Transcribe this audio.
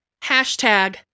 Hashtag